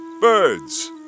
Birds